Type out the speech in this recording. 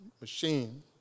machine